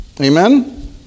Amen